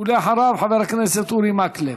אחריו, חבר הכנסת אורי מקלב.